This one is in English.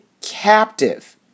captive